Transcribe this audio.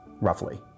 roughly